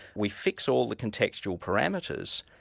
we fix all the contextual parameters,